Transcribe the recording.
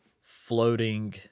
floating